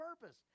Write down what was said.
purpose